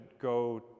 go